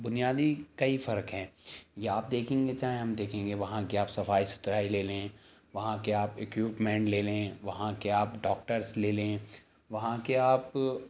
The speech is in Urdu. بنیادی کئی فرق ہیں یا آپ دیکھیں گے چاہے ہم دیکھیں گے وہاں کی آپ صفائی ستھرائی لے لیں وہاں کے آپ اکیوپمنٹ لے لیں وہاں کے آپ ڈاکٹرس لے لیں وہاں کے آپ